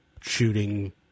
shooting